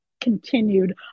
continued